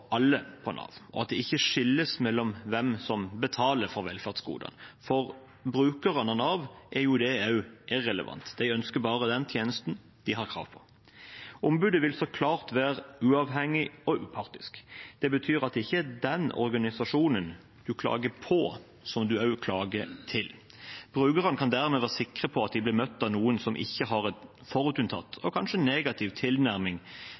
alle på Nav, og at det ikke skilles mellom hvem som betaler for velferdsgodene. For brukerne av Nav er det også irrelevant; de ønsker bare den tjenesten de har krav på. Ombudet vil så klart være uavhengig og upartisk. Det betyr at det ikke er den organisasjonen man klager på, som også er den man klager til. Brukerne kan dermed være sikre på at de blir møtt av noen som ikke har en forutinntatt og kanskje negativ tilnærming,